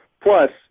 Plus